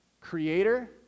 Creator